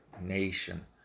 nation